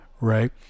right